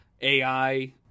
ai